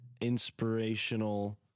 inspirational